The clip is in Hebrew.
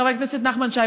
חבר הכנסת נחמן שי,